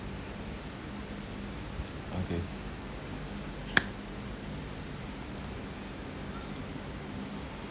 okay